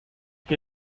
que